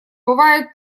бывает